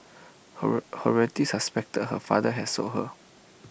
her her relatives has suspected her father had sold her